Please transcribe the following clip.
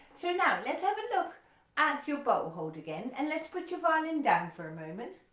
so now let's have a look at your bow hold again and let's put your violin down for a moment